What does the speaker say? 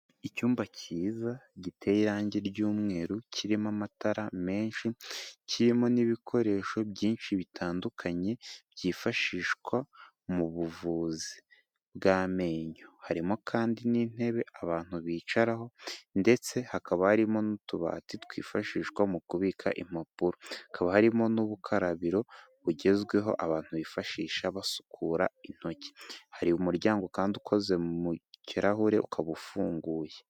Icyumba cyiza giteye irangi ry'umweru kirimo amatara menshi kirimo n'ibikoresho byinshi bitandukanye byifashishwa mu buvuzi bw'amenyo. Harimo kandi n'intebe abantu bicaraho ndetse hakaba harimo n'utubati twifashishwa mu kubika impapuro, hakaba harimo n'ubukarabiro bugezweho abantu bifashisha basukura intoki. Hari umuryango kandi ukoze mu kirahure ukaba ufunguye.